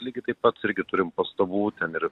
lygiai taip pat irgi turim pastabų ten ir